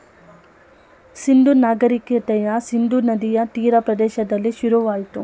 ಸಿಂಧೂ ನಾಗರಿಕತೆಯ ಸಿಂಧೂ ನದಿಯ ತೀರ ಪ್ರದೇಶದಲ್ಲಿ ಶುರುವಾಯಿತು